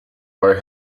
where